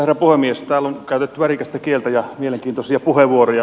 täällä on käytetty värikästä kieltä ja mielenkiintoisia puheenvuoroja